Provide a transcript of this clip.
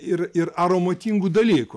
ir ir aromatingų dalykų